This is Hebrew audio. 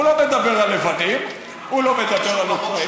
הוא לא מדבר על לבנים, הוא לא מדבר על אוקראינים.